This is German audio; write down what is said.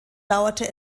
dauerte